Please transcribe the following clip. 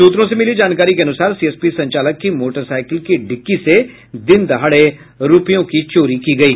सूत्रों से मिली जानकारी के अनुसार सीएसपी संचालक की मोटरसाइकिल की डिक्की से दिनदहाड़े रूपयों की चोरी की गयी